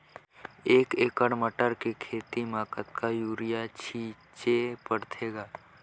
एक एकड़ मटर के खेती म कतका युरिया छीचे पढ़थे ग?